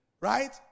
right